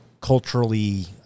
culturally—